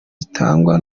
zitangwa